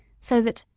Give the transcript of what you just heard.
so that,